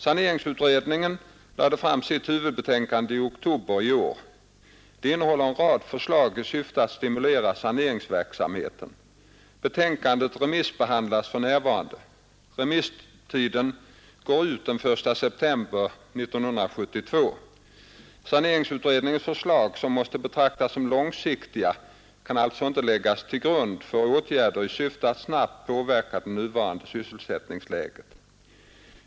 Saneringsutredningen lade fram sitt huvudbetänkande i oktober i år. Det innehåller en rad förslag i syfte att stimulera saneringsverksamheten. Betänkandet remissbehandlas för närvarande. Remisstiden går ut den 1 februari 1972. Saneringsutredningens förslag, som måste betraktas som långsiktiga, kan alltså inte läggas till grund för åtgärder i syfte att snabbt påverka det nuvarande sysselsättningsläget.